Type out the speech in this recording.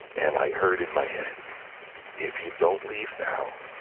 and i heard in my head if you don't leave now,